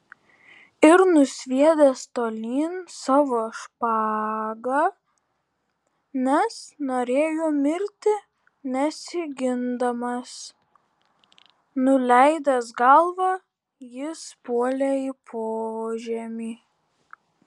ir nusviedęs tolyn savo špagą nes norėjo mirti nesigindamas nuleidęs galvą jis puolė į požemį